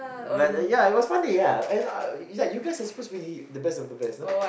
but ya it was funny ya and is like you guys are supposed to be the best of the best you know